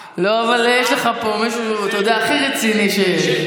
לא, אבל יש לך פה מישהו, אתה יודע, הכי רציני שיש.